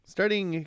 Starting